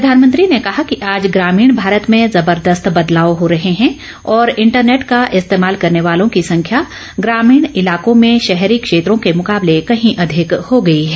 प्रधानमंत्री ने कहा कि आज ग्रामीण भारत में जबर्दस्त बदलाव हो रहे हैं और इंटरनेट का इस्तेमाल करने वालों की संख्या ग्रामीण इलाकों में शहरी क्षेत्रों के मुकाबले कहीं अधिक हो गई है